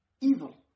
evil